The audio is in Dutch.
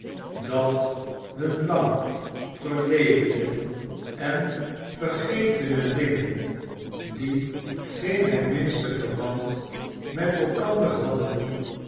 dat hun lang verledene en vergetene dingen die geen het minste verband met elkander hadden